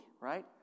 right